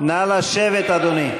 נא לשבת, אדוני.